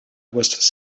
was